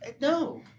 No